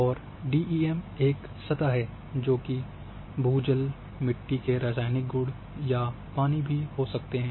और डीईएम एक सतह है जबकि भू जल मिट्टी के रासायनिक गुण या पानी हो सकता है